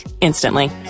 instantly